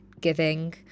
giving